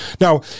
Now